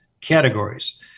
categories